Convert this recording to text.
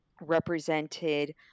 represented